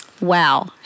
Wow